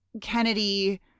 kennedy